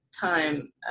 time